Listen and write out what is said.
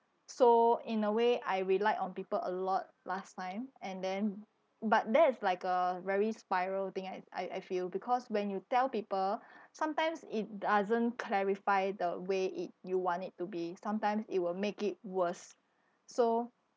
so in a way I relied on people a lot last time and then but that is like a very spiral thing I I I feel because when you tell people sometimes it doesn't clarify the way it you want it to be sometimes it will make it worse so